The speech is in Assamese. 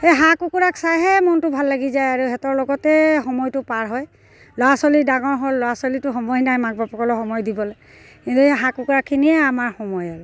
সেই হাঁহ কুকুৰাক চাইহে মনটো ভাল লাগি যায় আৰু সিহঁতৰ লগতে সময়টো পাৰ হয় ল'ৰা ছোৱালী ডাঙৰ হ'ল ল'ৰা ছোৱালীটো সময় নাই মাক বাপেকৰ সময় দিবলৈ কিন্তু এই হাঁহ কুকুৰাখিনিয়ে আমাৰ সময় আৰু